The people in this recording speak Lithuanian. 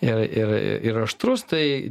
ir ir aštrus tai